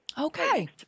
Okay